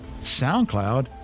SoundCloud